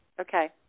Okay